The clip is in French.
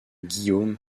guillaume